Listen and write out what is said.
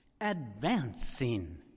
advancing